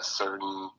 certain